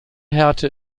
härte